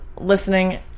listening